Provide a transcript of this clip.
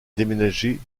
déménager